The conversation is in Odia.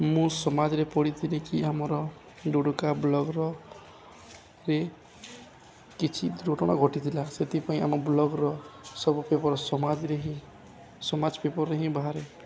ମୁଁ ସମାଜରେ ପଢ଼ିଥିଲି କିି ଆମର ଡ଼ୁଡ଼ୁକା ବ୍ଲକ୍ରେ କିଛି ଦୁର୍ଘଟଣା ଘଟିଥିଲା ସେଥିପାଇଁ ଆମ ବ୍ଲକ୍ର ସବୁ ପେପର୍ ସମାଜରେ ହିଁ ସମାଜ ପେପର୍ରେ ହିଁ ବାହାରେ